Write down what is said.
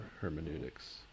hermeneutics